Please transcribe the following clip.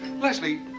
Leslie